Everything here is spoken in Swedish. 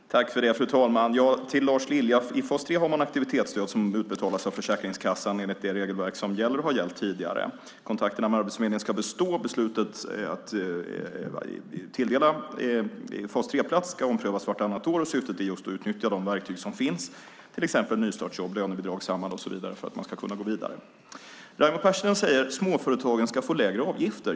Fru talman! Först en kommentar till Lars Lilja. I fas 3 har man aktivitetsstöd som utbetalas av Försäkringskassan enligt det regelverk som gäller och har gällt tidigare. Kontakterna med Arbetsförmedlingen ska bestå. Beslutet att tilldela fas 3-plats ska omprövas vartannat år. Syftet är just att utnyttja de verktyg som finns, till exempel nystartsjobb, lönebidrag, Samhall och så vidare för att man ska kunna gå vidare. Raimo Pärssinen säger att småföretagen ska få lägre avgifter.